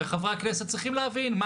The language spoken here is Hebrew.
הרי חברי הכנסת צריכים להבין.